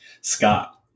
Scott